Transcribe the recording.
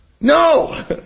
no